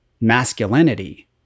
masculinity